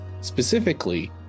specifically